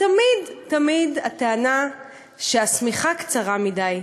תמיד הטענה היא שהשמיכה קצרה מדי.